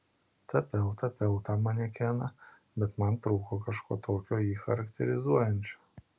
tapiau tapiau tą manekeną bet man trūko kažko tokio jį charakterizuojančio